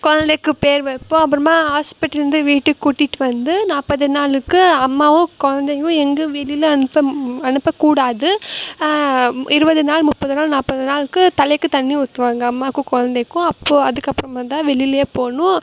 கொழந்தைக்கி பேர் வைப்போம் அப்புறமா ஹாஸ்பிட்டல்லேருந்து வீட்டுக்கு கூட்டிகிட்டு வந்து நாற்பது நாளுக்கு அம்மாவும் கொழந்தையும் எங்கேயும் வெளியில அனுப்ப அனுப்பக்கூடாது இருபது நாள் முப்பது நாள் நாற்பது நாளுக்கு தலைக்கு தண்ணி ஊற்றுவாங்க அம்மாக்கும் கொழந்தைக்கும் அப்போது அதுக்கப்புறமா தான் வெளியிலே போகணும்